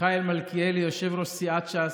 מיכאל מלכיאלי, יושב-ראש סיעת ש"ס,